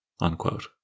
Unquote